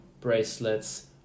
bracelets